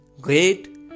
great